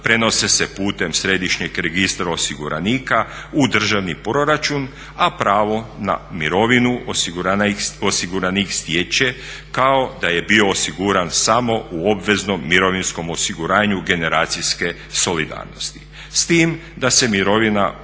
prenose se putem središnjeg registra osiguranika u državni proračun, a pravo na mirovinu osiguranik stječe kao da je bio osiguran samo u obveznom mirovinskom osiguranju generacijske solidarnosti s tim da se mirovina